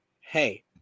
Hey